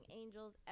angels